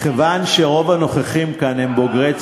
הייתה רשימת התנחלויות כתוצאה מקריאת המפה.